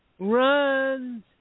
Runs